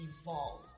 evolve